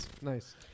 Nice